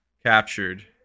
captured